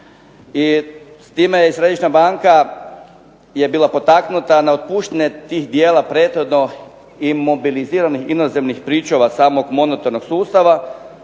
s time je središnja banka je bila potaknuta na otpuštanje tih dijela prethodno imobiliziranih inozemnih pričuva samog monetarnog sustava